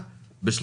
רי יהדות